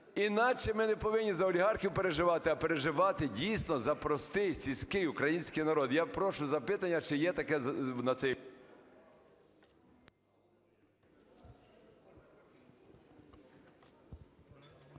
іначе ми не повинні за олігархів переживати, а переживати дійсно за простий сільський український народ. Я прошу запитання: чи є таке на цей…